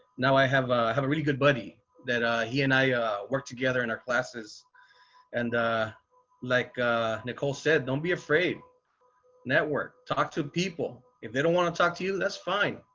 now i have, i have a really good buddy that ah he and i work together in our classes and like nicole said, don't be afraid network. talk to people if they don't want to talk to you. that's fine.